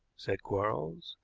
said quarles.